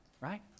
right